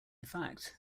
fact